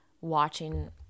watching